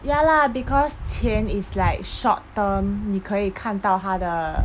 ya lah because 钱 is like short term 你可以看到他的